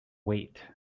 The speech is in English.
wait